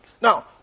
now